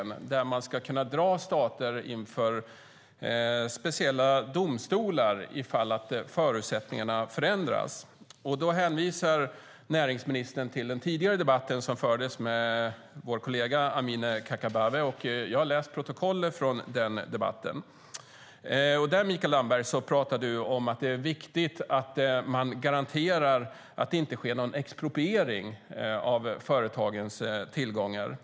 Detta handlar om att man ska kunna dra stater inför speciella domstolar om förutsättningarna förändras. Näringsministern hänvisar då till den tidigare debatten som fördes med vår kollega Amineh Kakabaveh, och jag har läst protokollet från den debatten. Där talar du, Mikael Damberg, om att det är viktigt att man garanterar att det inte sker någon expropriering av företagens tillgångar.